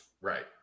Right